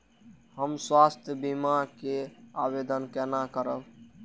हम स्वास्थ्य बीमा के आवेदन केना करब?